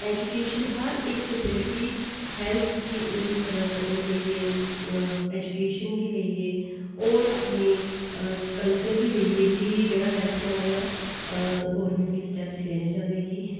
education facility health facility लेइयै education गी लेइयै और अपने कल्चर गी लेइयै बी जेहड़ा ऐ थोह्ड़ा जेहा गवर्नमेट गी थोहडे़ स्टेपस लैने चाहिदे कि